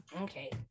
Okay